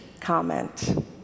comment